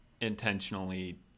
intentionally